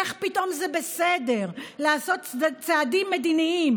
איך פתאום זה בסדר לעשות צעדים מדיניים